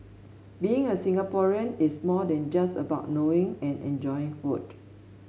being a Singaporean is more than just about knowing and enjoying food